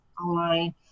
online